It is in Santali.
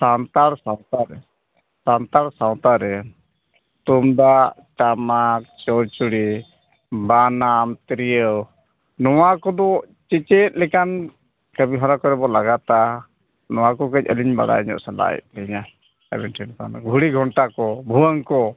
ᱥᱟᱱᱛᱟᱲ ᱥᱟᱶᱛᱟ ᱨᱮ ᱥᱟᱱᱛᱟᱲ ᱥᱟᱶᱛᱟ ᱨᱮ ᱛᱩᱢᱫᱟᱜ ᱴᱟᱢᱟᱠ ᱪᱚᱲᱪᱚᱲᱤ ᱵᱟᱱᱟᱢ ᱛᱤᱨᱭᱳ ᱱᱚᱣᱟ ᱠᱚᱫᱚ ᱪᱮᱪᱮᱫ ᱞᱮᱠᱟᱱ ᱠᱟᱹᱢᱤ ᱦᱚᱨᱟ ᱠᱚᱨᱮ ᱵᱚᱱ ᱞᱟᱜᱟᱛᱟ ᱱᱚᱣᱟ ᱠᱚ ᱠᱟᱹᱡ ᱟᱹᱞᱤᱧ ᱵᱟᱲᱟᱭ ᱧᱚᱜ ᱥᱟᱱᱟᱭᱮᱫ ᱞᱤᱧᱟ ᱟᱹᱵᱤᱱ ᱴᱷᱮᱱ ᱠᱷᱚᱱ ᱜᱷᱩᱲᱤ ᱜᱷᱚᱱᱴᱟ ᱠᱚ ᱵᱷᱩᱣᱟᱹᱝ ᱠᱚ